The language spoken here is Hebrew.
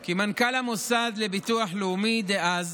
כי מנכ"ל המוסד לביטוח לאומי דאז